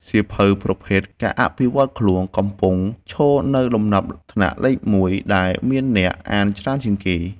សៀវភៅប្រភេទ ការអភិវឌ្ឍខ្លួន កំពុងឈរនៅលំដាប់ថ្នាក់លេខមួយដែលមានអ្នកអានច្រើនជាងគេ។